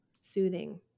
soothing